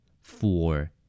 Four